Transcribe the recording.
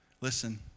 Listen